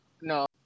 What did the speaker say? no